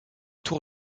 tour